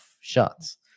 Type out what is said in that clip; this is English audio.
shots